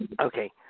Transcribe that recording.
Okay